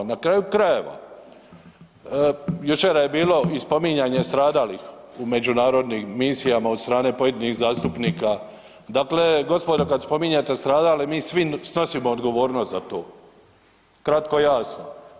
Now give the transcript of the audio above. Na kraju krajeva, jučer je bilo spominjanje stradalih u međunarodnim misijama od strane pojedinih zastupnika, dakle gospodo kada spominjete stradale mi svi snosimo odgovornost za to, kratko i jasno.